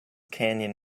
canyon